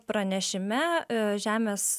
pranešime žemės